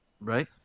right